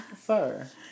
sir